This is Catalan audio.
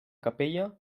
capella